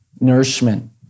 nourishment